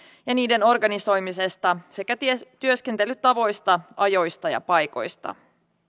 ja niiden organisoimisesta sekä työskentelytavoista ajoista ja paikoista